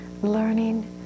learning